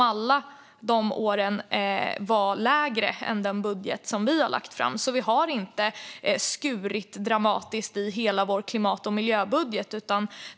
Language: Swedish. Alla de åren var budgeten lägre än den som vi har lagt fram, så vi har inte skurit dramatiskt i hela vår klimat och miljöbudget.